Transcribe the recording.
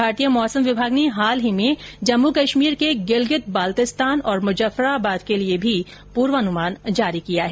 भारतीय मौसम विभाग ने हाल ही में जम्मू कश्मीर के गिलगित बाल्तिस्तान और मुजफराबाद के लिए भी पूर्वानुमान जारी किया है